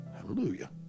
Hallelujah